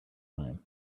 time